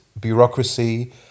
bureaucracy